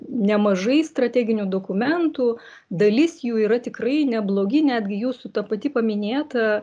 nemažai strateginių dokumentų dalis jų yra tikrai neblogi netgi jūsų ta pati paminėta